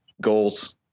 goals